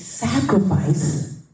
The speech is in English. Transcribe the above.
Sacrifice